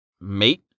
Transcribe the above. Mate